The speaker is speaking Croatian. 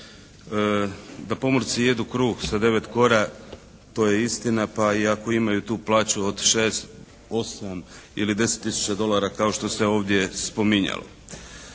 Da pomorci jedu kruh sa 9 kora to je istina pa i ako imaju tu plaću od 6, 8 ili 10 tisuća dolara kao što se ovdje spominjalo.